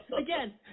again